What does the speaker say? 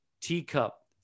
Teacup